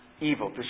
evil